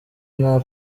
nta